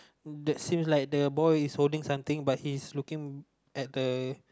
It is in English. that seems like the boy is holding something but he's looking at the